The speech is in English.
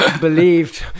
believed